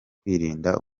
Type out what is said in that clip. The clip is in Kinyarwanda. kwirindira